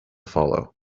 follow